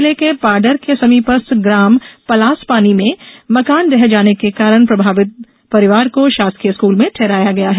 जिले के पाढर के समीपस्थ ग्राम पलासपानी में मकान ढह जाने के कारण प्रभावित परिवार को शासकीय स्कूल में ठहराया गया है